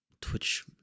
Twitch